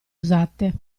usate